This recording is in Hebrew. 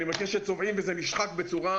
אני מכיר שצובעים אבל זה נשחק בצורה